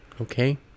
okay